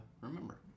remember